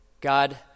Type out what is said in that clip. God